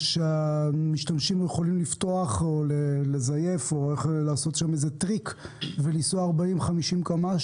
שהמשתמשים יכולים לפתוח או לזייף או לעשות איזה טריק ולנסוע 50-40 קמ"ש.